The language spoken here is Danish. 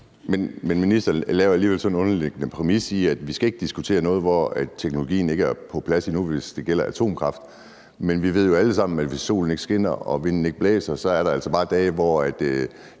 Men ministeren laver alligevel en underliggende præmis med, at vi ikke skal diskutere noget, hvor teknologien ikke er på plads endnu, hvis det gælder atomkraft, men vi ved jo alle sammen, at hvis ikke solen skinner og vinden ikke blæser, er der altså bare dage, hvor